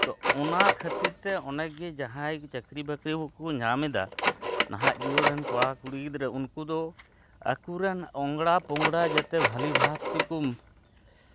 ᱛᱳ ᱚᱱᱟ ᱠᱷᱟᱹᱛᱤᱨ ᱛᱮ ᱚᱱᱮᱡᱮ ᱡᱟᱦᱟᱸᱭ ᱪᱟᱹᱠᱨᱤ ᱵᱟᱹᱠᱨᱤ ᱠᱚᱠᱚ ᱧᱟᱢᱮᱫᱟ ᱱᱟᱦᱟᱜ ᱡᱩᱣᱟᱹᱱ ᱨᱮᱱ ᱠᱚᱲᱟ ᱠᱩᱲᱤ ᱜᱤᱫᱽᱨᱟᱹ ᱩᱱᱠᱩ ᱫᱚ ᱟᱠᱚᱨᱮᱱ ᱚᱝᱲᱟ ᱯᱚᱝᱲᱟ ᱡᱟᱛᱮ ᱵᱷᱟᱹᱜᱤ ᱵᱷᱟᱵᱽ ᱛᱮᱠᱚ